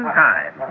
time